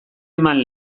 eman